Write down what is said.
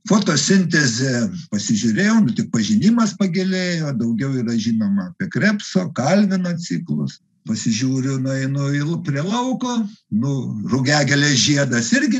fotosintezė pasižiūrėjau nu tik pažinimas pagilėjo daugiau yra žinoma apie krepso kalvino ciklus pasižiūriu nueinu ir prie lauko nu rugiagėlės žiedas irgi